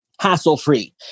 hassle-free